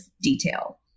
detail